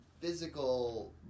physical